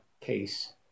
case